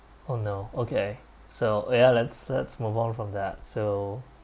oh no okay so ya let's let's move on from that so